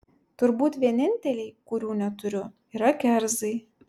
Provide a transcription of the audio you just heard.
turbūt vieninteliai kurių neturiu yra kerzai